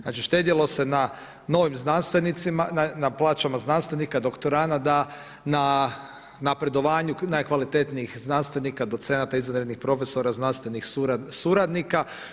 Znači štedjelo se na novim znanstvenicima, na plaćama znanstvenika, doktoranada, na napredovanju najkvalitetnijih znanstvenika, docenata, izvanrednih profesora, znanstvenih suradnika.